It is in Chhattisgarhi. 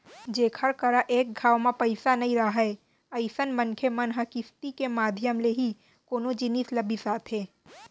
जेखर करा एक घांव म पइसा नइ राहय अइसन मनखे मन ह किस्ती के माधियम ले ही कोनो जिनिस ल बिसाथे